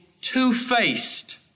two-faced